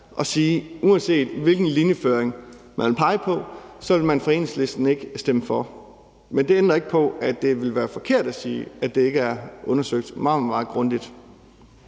at sige, at uanset hvilken linjeføring man vil pege på, vil man fra Enhedslisten ikke stemme for. Men det ændrer ikke på, det vil være forkert at sige, at det ikke er undersøgt meget, meget grundigt.